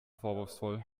vorwurfsvoll